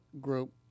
group